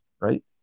right